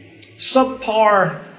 subpar